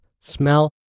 smell